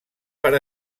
per